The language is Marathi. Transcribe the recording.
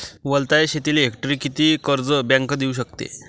वलताच्या शेतीले हेक्टरी किती कर्ज बँक देऊ शकते?